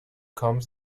comes